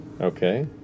Okay